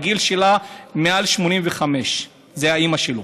הגיל שלה מעל 85. זה האימא שלו.